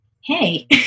hey